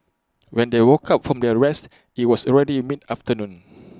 when they woke up from their rest IT was already mid afternoon